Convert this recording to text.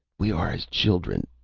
we are as children.